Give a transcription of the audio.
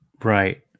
right